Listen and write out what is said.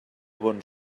bon